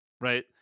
right